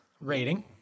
rating